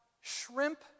shrimp